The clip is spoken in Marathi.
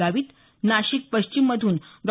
गावित नाशिक पश्चिम मधून डॉ